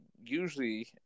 usually